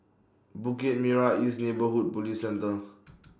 Bukit Merah East Neighbourhood Police Centre